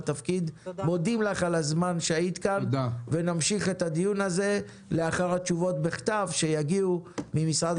מחכים לתשובות כתובות לקראת דיון